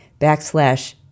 backslash